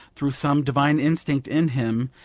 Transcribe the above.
through some divine instinct in him,